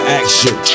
action